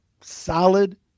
Solid